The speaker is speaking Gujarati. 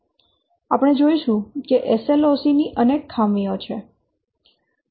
આપણે જોઈશું કે SLOC ની અનેક ખામીઓ છે